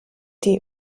die